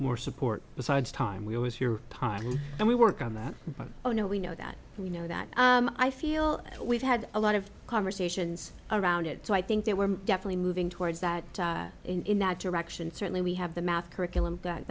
more support besides time we always hear time and we work on that oh no we know that you know that i feel we've had a lot of conversations around it so i think that we're definitely moving towards that in that direction certainly we have the math curriculum that